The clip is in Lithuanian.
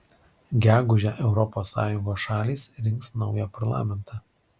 gegužę europos sąjungos šalys rinks naują parlamentą